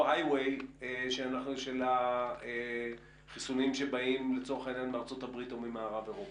היי-ווי של החיסונים שיגיעו מארצות הברית או ממערב אירופה.